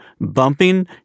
Bumping